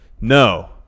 No